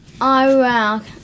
Iraq